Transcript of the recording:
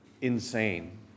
insane